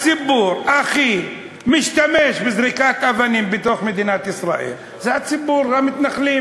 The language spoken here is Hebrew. הציבור שהכי משתמש בזריקת אבנים במדינת ישראל זה ציבור המתנחלים,